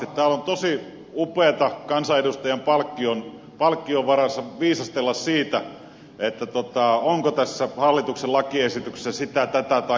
täällä on tosi upeata kansanedustajan palkkion varassa viisastella siitä onko tässä hallituksen lakiesityksessä sitä tätä tai tuota